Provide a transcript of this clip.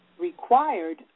required